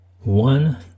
One